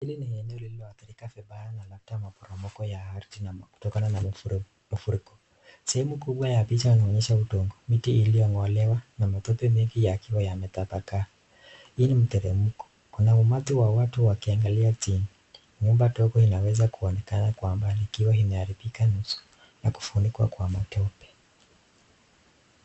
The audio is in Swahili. Hili ni eneo lililoadhrika sana madhara ya mafuriko ya ardhi. Sehemu kubwa ya picha inaonyesha udongo, miti iliyongolewa na matope mingi ikiwa imetapakaa. kuna umati wa watu wakiangalia chini. Nyumba ndogo inaweza kuonekana ikiwa imefunikwa nusu na kuadhirika kwa matope.